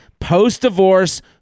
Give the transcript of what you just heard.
post-divorce